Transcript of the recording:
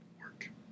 Work